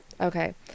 Okay